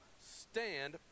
stand